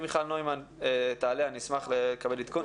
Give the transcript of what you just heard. אם מיכל נוימן תעלה, אני אשמח לקבל עדכון.